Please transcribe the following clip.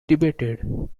debated